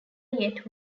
yet